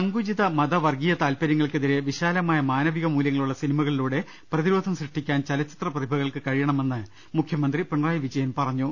സങ്കുചിത മത വർഗീയ താത്പര്യങ്ങൾക്കെതിരെ വിശാലമായ മാനവിക മൂല്യങ്ങളുള്ള സിനിമകളിലൂടെ പ്രതിരോധം സൃഷ്ടിക്കാൻ ചലച്ചിത്ര പ്രതിഭകൾക്ക് കഴിയണമെന്ന് മുഖ്യമന്ത്രി പിണറായി വിജയൻ പറഞ്ഞു